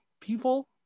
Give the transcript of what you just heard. people